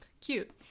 Cute